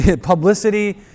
Publicity